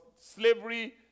slavery